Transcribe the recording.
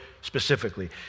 specifically